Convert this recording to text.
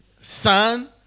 Son